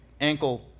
ankle